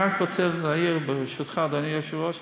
אני רק רוצה להעיר, ברשותך אדוני היושב-ראש,